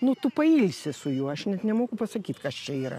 nu tu pailsi su juo aš net nemoku pasakyt kas čia yra